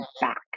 back